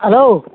hello